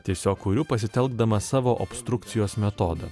tiesiog kuriu pasitelkdamas savo obstrukcijos metodą